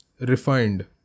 refined